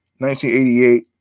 1988